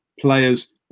players